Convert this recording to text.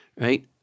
right